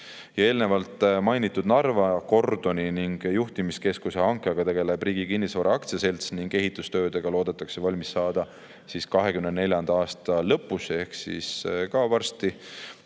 Eelnevalt mainitud Narva kordoni ning juhtimiskeskuse hankega tegeleb Riigi Kinnisvara Aktsiaselts ning ehitustöödega loodetakse valmis saada 2024. aasta lõpus ehk ka varsti.